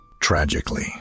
Tragically